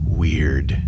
weird